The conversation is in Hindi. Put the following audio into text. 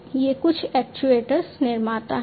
ये कुछ एक्चुएटर निर्माता हैं